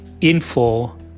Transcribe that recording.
info